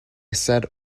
said